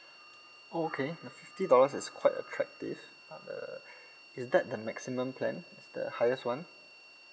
oh okay the fifty dollars is quite attractive uh is that the maximum plan is the highest one